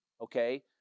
okay